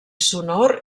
sonor